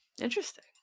Interesting